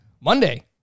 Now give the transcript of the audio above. Monday